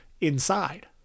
inside